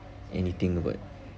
anything but